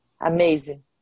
amazing